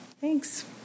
Thanks